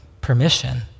permission